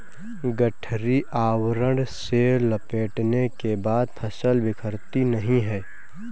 गठरी आवरण से लपेटने के बाद फसल बिखरती नहीं है